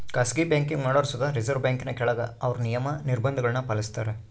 ಖಾಸಗಿ ಬ್ಯಾಂಕಿಂಗ್ ಮಾಡೋರು ಸುತ ರಿಸರ್ವ್ ಬ್ಯಾಂಕಿನ ಕೆಳಗ ಅವ್ರ ನಿಯಮ, ನಿರ್ಭಂಧಗುಳ್ನ ಪಾಲಿಸ್ತಾರ